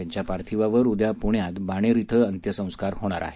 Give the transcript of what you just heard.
त्यांच्या पार्थिवावर उद्या प्रण्यात बाणेर श्रि अंत्यसंस्कार होणार आहेत